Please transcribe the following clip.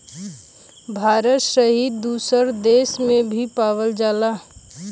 भारत सहित दुसर देस में भी पावल जाला